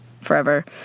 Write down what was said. forever